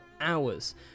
hours